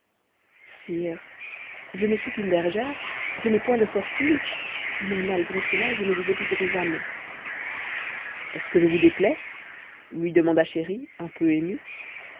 sire je ne suis qu'une bergère je n'ai point de fortune mais malgré cela je ne vous épouserai jamais est-ce que je vous déplais lui demanda chéri un peu ému